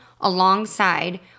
alongside